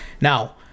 Now